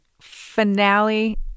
finale